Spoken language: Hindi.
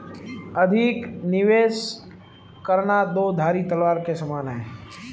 अधिक निवेश करना दो धारी तलवार के समान है